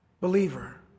Believer